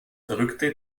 verrückte